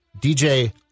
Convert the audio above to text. DJ